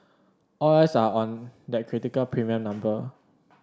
all eyes are on that critical premium number